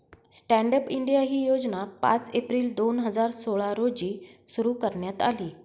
stand up India ही योजना पाच एप्रिल दोन हजार सोळा रोजी सुरु करण्यात आली